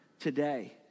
today